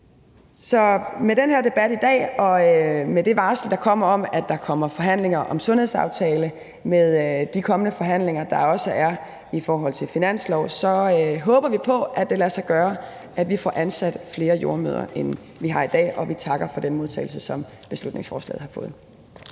Så med den her debat i dag, med det varsel, der kommer, om, at der kommer forhandlinger om en sundhedsaftale, og med de kommende forhandlinger, der også er i forhold til finansloven, så håber vi på, at det lader sig gøre, at vi får ansat flere jordemødre, end vi har i dag, og vi takker for den modtagelse, som beslutningsforslaget har fået.